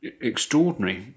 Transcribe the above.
Extraordinary